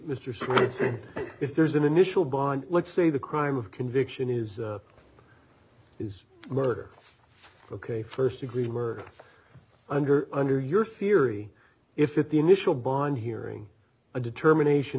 said if there's an initial bond let's say the crime of conviction is it is murder ok first degree murder under under your fieri if if the initial bond hearing a determination